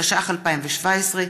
התשע״ח 2017,